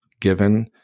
given